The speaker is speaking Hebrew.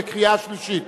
בקריאה שלישית.